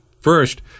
First